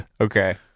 Okay